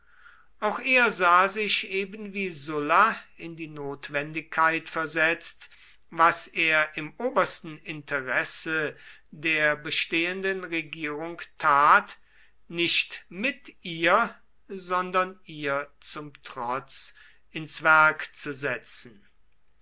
auch er sah sich ebenwie sulla in die notwendigkeit versetzt was er im offenbarsten interesse der bestehenden regierung tat nicht mit ihr sondern ihr zum trotz ins werk zu setzen